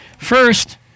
First